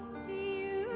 sea